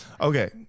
okay